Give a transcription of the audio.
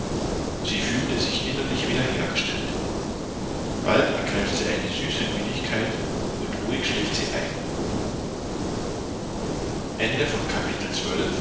sie fühlte sich innerlich wiederhergestellt bald ergreift sie eine süße müdigkeit und ruhig schläft sie ein